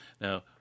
Now